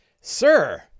sir